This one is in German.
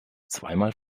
zweimal